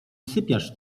sypiasz